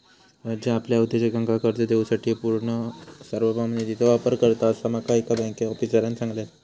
राज्य आपल्या उद्योजकांका कर्ज देवूसाठी पूर्ण सार्वभौम निधीचो वापर करता, असा माका एका बँक आफीसरांन सांगल्यान